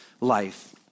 life